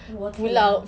water